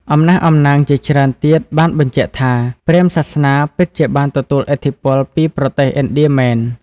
អំណះអំណាងជាច្រើនទៀតបានបញ្ជាក់ថា ព្រាហ្មណ៍សាសនាពិតជាបានទទួលឥទ្ធិពលពីប្រទេសឥណ្ឌាមែន។